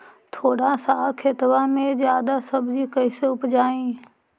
थोड़ा सा खेतबा में जादा सब्ज़ी कैसे उपजाई?